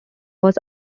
was